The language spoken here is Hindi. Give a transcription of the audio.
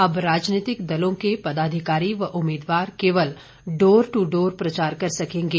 अब राजनीतिक दलों के पदाधिकारी व उम्मीदवार केवल डोर टू डोर प्रचार कर सकेंगे